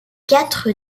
quatre